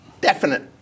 definite